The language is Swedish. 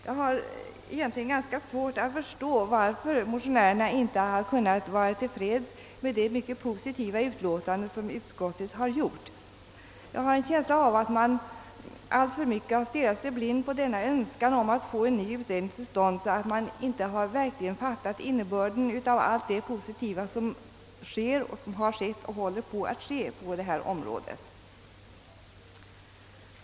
Jag har egentligen ganska svårt att förstå varför motionärerna inte kunnat vara till freds med det mycket positiva utlåtande som utskottet har avgivit. Jag har en känsla av att man alltför mycket stirrat sig blind på en önskan att få en ny utredning till stånd och att man inte fattat innebörden av allt det positiva som har skett och håller på att ske på detta område.